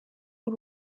uru